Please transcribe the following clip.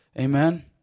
Amen